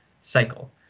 cycle